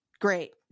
Great